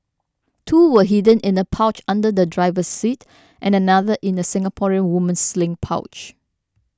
two were hidden in a pouch under the driver's seat and another in a Singaporean woman's sling pouch